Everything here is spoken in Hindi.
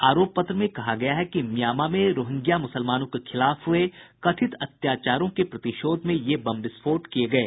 आरोप पत्र में कहा गया है कि म्यांमा में रोहिंग्या मुसलमानों के खिलाफ हुये कथित अत्याचारों के प्रतिशोध में ये बम विस्फोट किये गये